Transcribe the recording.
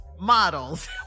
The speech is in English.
models